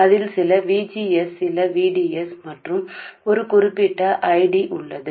అది కొన్ని VGS కొన్ని VDS మరియు కొన్ని D